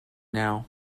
now